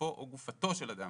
גופו או גופתו של אדם